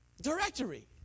Directory